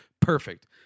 Perfect